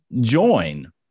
join